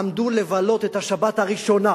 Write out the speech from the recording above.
עמדו לבלות את השבת הראשונה